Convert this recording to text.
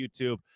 YouTube